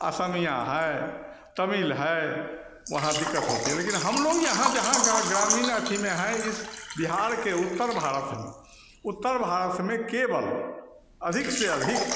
असमिया है तमिल है वहाँ दिक्कत होती है लेकिन हम लोग यहाँ जहाँ ग्रामीण अथी में हैं इस बिहार के उत्तर भारत में उत्तर भारत में केवल अधिक से अधिक